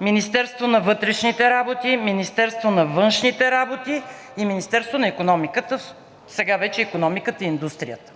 Министерството на вътрешните работи, Министерството на външните работи и Министерството на икономиката, сега вече икономиката и индустрията.